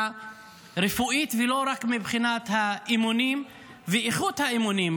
רפואית ולא רק מבחינת האימונים ואיכות האימונים,